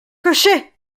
cocher